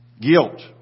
Guilt